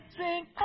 sing